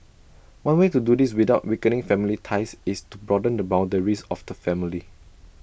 one way to do this without weakening family ties is to broaden the boundaries of the family